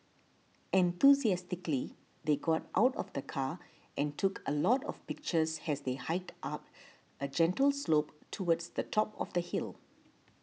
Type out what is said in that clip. enthusiastically they got out of the car and took a lot of pictures as they hiked up a gentle slope towards the top of the hill